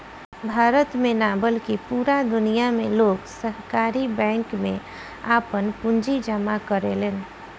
भारत में ना बल्कि पूरा दुनिया में लोग सहकारी बैंक में आपन पूंजी जामा करेलन